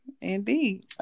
Indeed